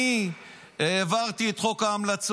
אני העברתי את חוק ההמלצות.